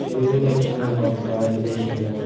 తెలుగు దక్షిణ భారతదేశంలో